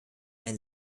ein